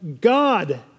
God